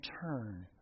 turn